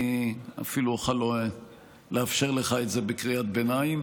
אני אפילו אוכל לאפשר לך את זה בקריאת ביניים.